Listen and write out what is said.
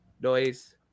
noise